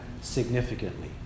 significantly